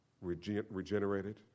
regenerated